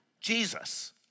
Jesus